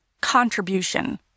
contribution